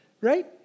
right